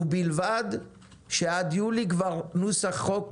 ובלבד שעד יולי נוסח החוק